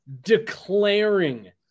declaring